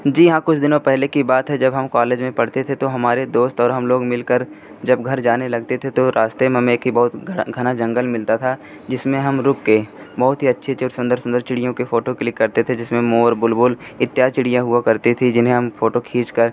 जी हाँ कुछ दिनों पहले की बात है जब हम कॉलेज में पढ़ते थे तो हमारे दोस्त और हम लोग मिलकर जब घर जाने लगते थे तो रास्ते में हम एक ही बहुत घ घना जंगल मिलता था जिसमें हम रुक के बहुत ही अच्छी अच्छी और सुन्दर सुन्दर चिड़ियों के फोटो क्लिक करते थे जिसमें मोर बुलबुल इत्यादि चिड़ियाँ हुआ करती थी जिन्हें हम फोटो खींचकर